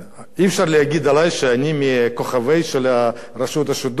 אי-אפשר להגיד עלי שאני מכוכבי רשות השידור ואני משתתף